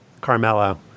Carmelo